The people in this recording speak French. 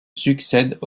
succèdent